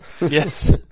Yes